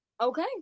Okay